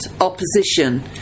opposition